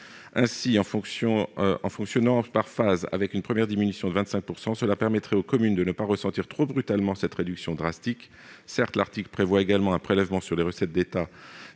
2022. Fonctionner par phase, avec une première diminution de 25 %, permettrait aux communes de ne pas ressentir trop brutalement cette réduction drastique. Certes, l'article prévoit également un prélèvement sur les recettes de l'État